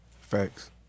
Facts